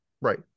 right